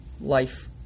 life